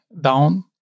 down